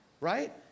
Right